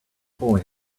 boy